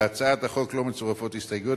להצעת החוק לא מצורפות הסתייגויות.